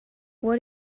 what